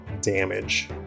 damage